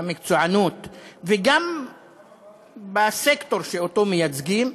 במקצוענות וגם בסקטור שאותו מייצגים.